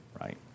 right